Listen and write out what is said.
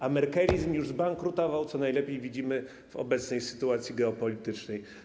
A merkelizm już zbankrutował, co najlepiej widzimy w obecnej sytuacji geopolitycznej.